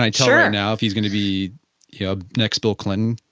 i tell right now if he is going to be yeah next bill clinton?